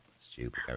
Stupid